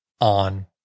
on